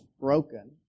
broken